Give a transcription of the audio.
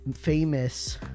famous